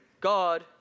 God